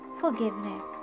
forgiveness